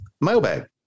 Mailbag